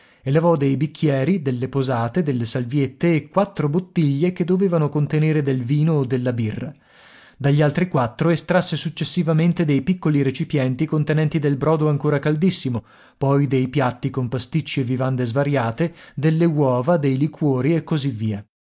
levò dei bicchieri delle posate delle salviette e quattro bottiglie che dovevano contenere del vino o della birra dagli altri quattro estrasse successivamente dei piccoli recipienti contenenti del brodo ancora caldissimo poi dei piatti con pasticci e vivande svariate delle uova dei liquori e così via